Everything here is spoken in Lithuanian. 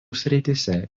srityse